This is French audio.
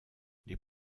les